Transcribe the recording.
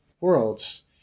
worlds